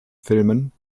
filmen